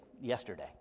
yesterday